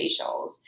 facials